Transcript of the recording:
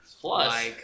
Plus